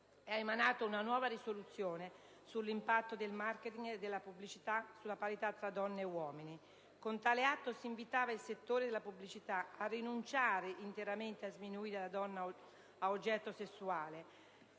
ha emanato una proposta di risoluzione sull'impatto del *marketing* e della pubblicità sulla parità tra donne e uomini. Con tale atto si invitava il settore della pubblicità a rinunciare interamente a sminuire la donna a oggetto sessuale;